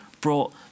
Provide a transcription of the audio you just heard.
brought